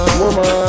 woman